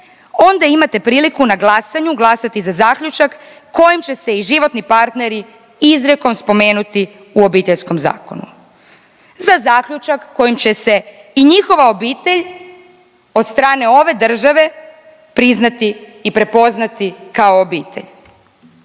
onda imate prilike na glasanju glasati za zaključak kojim će se i životni partneri izrijekom spomenuti u Obiteljskom zakonu, za zaključak kojim će se i njihova obitelj od strane ove države priznati i prepoznati kao obitelj.